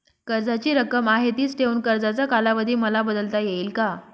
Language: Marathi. कर्जाची रक्कम आहे तिच ठेवून कर्जाचा कालावधी मला बदलता येईल का?